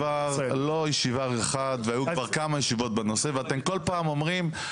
וגם כמובן תשובות על השאלות שהועלו על ידי חבר הכנסת גואטה.